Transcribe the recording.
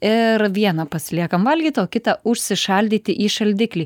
ir vieną pasiliekam valgyt o kitą užsišaldyti į šaldiklį